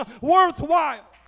worthwhile